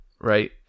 right